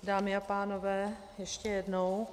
Dámy a pánové, ještě jednou.